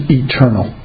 eternal